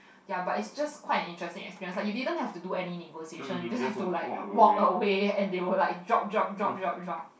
ya but it's just quite an interesting experience like you didn't have to do any negotiation you just have to like walk away and they will like drop drop drop drop drop